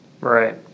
Right